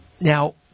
Now